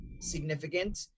significant